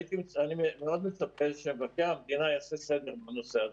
אני מאוד מצפה שמבקר המדינה יעשה סדר בנושא הזה.